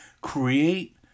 create